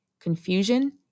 confusion